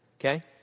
Okay